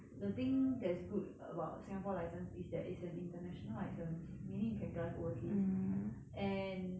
the thing that's good about singapore license is there is an international license meaning you can drive overseas and